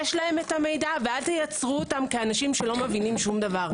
יש להם המידע ואז תציירו אותם כאנשים שלא מבינים דבר.